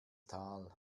tal